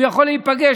הוא יכול להיפגש,